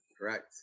Correct